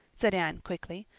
said anne quickly,